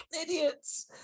idiots